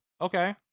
Okay